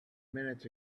minutes